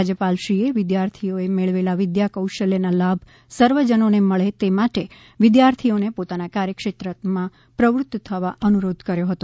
રાજ્યપાલશ્રીએ વિદ્યાર્થીઓએ મેળવેલા વિદ્યા કૌશલ્યના લાભ સર્વજનોને મળે તે માટે વિદ્યાર્થીઓને પોતાના કાર્યક્ષેત્રમાં પ્રવૃત્ત થવા અનુરોધ કર્યો હતો